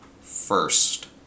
first